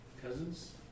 Cousins